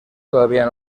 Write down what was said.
todavía